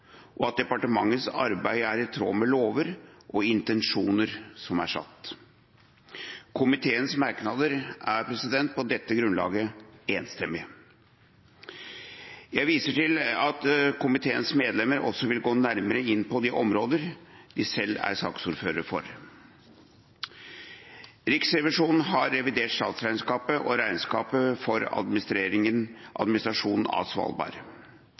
og at departementets arbeid er i tråd med lover og intensjoner som er satt. Komiteens merknader er på dette grunnlaget enstemmige. Jeg viser til at komiteens medlemmer vil gå nærmere inn på de områder de selv er ordførere for. Riksrevisjonen har revidert statsregnskapet og regnskapet for administrasjonen av